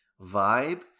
vibe